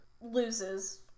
loses